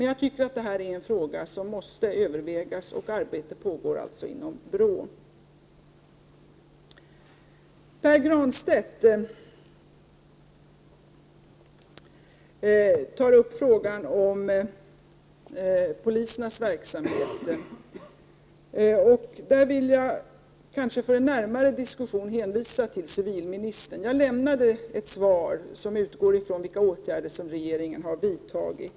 Jag tycker att det här är en fråga som måste övervägas, och arbete med detta pågår inom BRÅ. Pär Granstedt tar upp frågan om polisens verksamhet. Jag lämnade ett svar som utgick från de åtgärder som regeringen har vidtagit.